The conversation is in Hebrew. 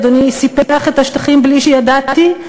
אדוני סיפח את השטחים בלי שידעתי?